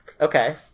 Okay